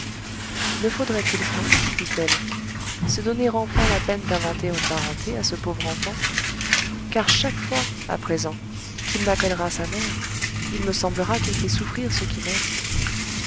ne faudrait-il pas dit-elle se donner enfin la peine d'inventer une parenté à ce pauvre enfant car chaque fois à présent qu'il m'appellera sa mère il me semblera qu'il fait souffrir ceux qui m'aiment